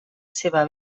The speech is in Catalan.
seva